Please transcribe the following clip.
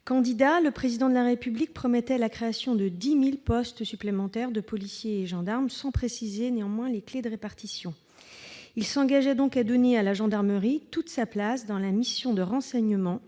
Candidat, le Président de la République promettait la création de 10 000 postes supplémentaires de policiers et de gendarmes, sans préciser néanmoins la clé de répartition qui s'appliquerait à cette création. Il s'engageait à « donner à la gendarmerie toute sa place » dans la « mission de renseignement